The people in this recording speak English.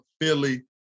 Philly